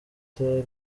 rimwe